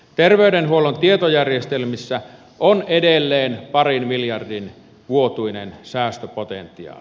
terveydenhuollon tietojärjestelmissä on edelleen parin miljardin vuotuinen säästöpotentiaali